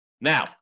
Now